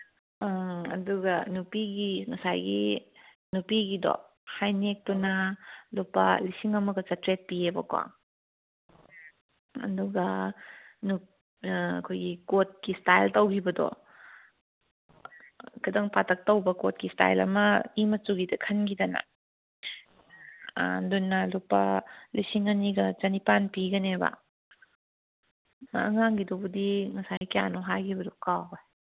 ꯑꯥ ꯑꯗꯨꯒ ꯅꯨꯄꯤꯒꯤ ꯉꯁꯥꯏꯒꯤ ꯅꯨꯄꯤꯒꯤꯗꯣ ꯍꯥꯏꯅꯦꯛꯇꯨꯅ ꯂꯨꯄꯥ ꯂꯤꯁꯤꯡ ꯑꯃꯒ ꯆꯇ꯭ꯔꯦꯠ ꯄꯤꯌꯦꯕꯀꯣ ꯑꯗꯨꯒ ꯑꯩꯈꯣꯏꯒꯤ ꯀꯣꯠꯀꯤ ꯏꯁꯇꯥꯏꯜ ꯇꯧꯈꯤꯕꯗꯣ ꯈꯤꯇꯪ ꯄꯥꯇꯛ ꯇꯧꯕ ꯀꯣꯠꯀꯤ ꯏꯁꯇꯥꯏꯜ ꯑꯃ ꯏ ꯃꯆꯨꯒꯤꯗ ꯈꯟꯈꯤꯗꯅ ꯑꯗꯨꯅ ꯂꯨꯄꯥ ꯂꯤꯁꯤꯡ ꯑꯅꯤꯒ ꯆꯅꯤꯄꯥꯟ ꯄꯤꯒꯅꯦꯕ ꯑꯉꯥꯡꯒꯤꯗꯨꯕꯨꯗꯤ ꯉꯁꯥꯏ ꯀꯌꯥꯅꯣ ꯍꯥꯏꯈꯤꯕꯗꯣ ꯀꯥꯎꯈ꯭ꯔꯦ